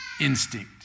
instinct